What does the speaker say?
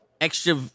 extra